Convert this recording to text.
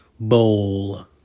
Bowl